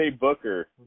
Booker